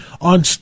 on